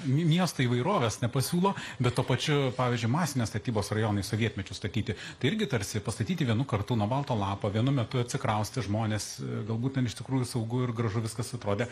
miestai įvairovės nepasiūlo bet tuo pačiu pavyzdžiui masinės statybos rajonai sovietmečiu statyti tai irgi tarsi pastatyti vienu kartu nuo balto lapo vienu metu atsikraustė žmonės galbūt ten iš tikrųjų saugu ir gražu viskas atrodė